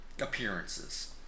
appearances